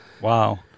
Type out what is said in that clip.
Wow